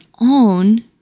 own